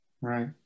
right